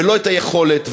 ולא היכולת,